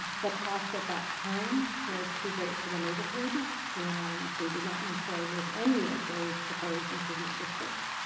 the cost at that time was too great for the neighborhood and they did not move forward with any of those proposed improvement districts.